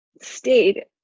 stayed